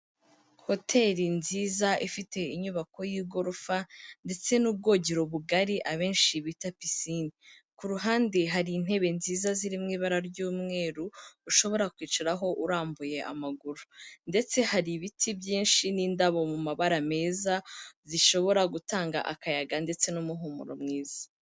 Hoteli nziza ifite inyubako y'igorofa, ndetse n'ubwogero bugari abenshi bita pisine, ku ruhande hari intebe nziza ziri mu ibara ry'umweru ushobora kwicaraho urambuye amaguru, ndetse hari ibiti byinshi n'indabo mu mabara meza, zishobora gutanga akayaga ndetse n'umuhumuro mwiza.